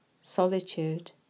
solitude